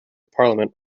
parliament